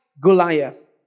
Goliath